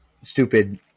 Stupid